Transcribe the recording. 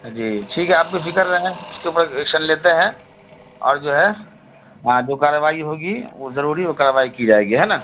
جی ٹھیک ہے آپ بے فکر رہیں اس کے اوپر ایکشن لیتے ہیں اور جو ہے جو کارروائی ہوگی وہ ضروری وہ کارروائی کی جائے گی ہے نا